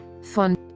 von